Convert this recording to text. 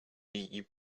you